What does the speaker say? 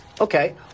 Okay